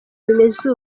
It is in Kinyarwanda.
bimeze